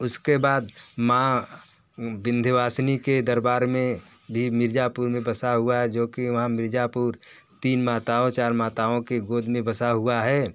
उसके बाद माँ विंध्यवासिनी के दरबार में भी मिर्ज़ापुर में बसा हुआ है जो कि वहाँ मिर्ज़ापुर तीन माताओं चार माताओं के गोद में बसा हुआ है